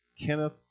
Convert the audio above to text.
Kenneth